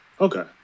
Okay